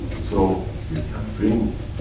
so, you can bring,